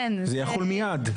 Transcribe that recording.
זה יחול מיד.